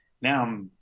Now